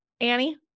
Annie